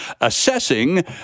assessing